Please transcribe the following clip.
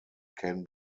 can